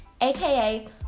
aka